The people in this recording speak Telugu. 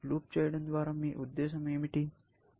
లూప్ చేయడం ద్వారా మీ ఉద్దేశ్యం ఏమిటి